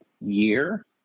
year